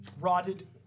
Rotted